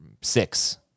Six